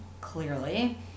clearly